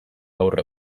gaur